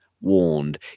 warned